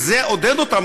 וזה עודד אותם,